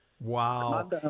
Wow